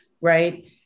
right